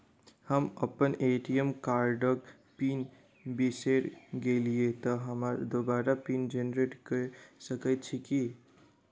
हम अप्पन ए.टी.एम कार्डक पिन बिसैर गेलियै तऽ हमरा दोबारा पिन जेनरेट कऽ सकैत छी की?